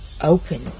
open